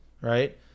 right